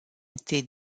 été